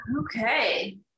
Okay